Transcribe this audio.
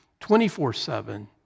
24-7